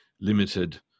limited